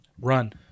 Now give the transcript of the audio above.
Run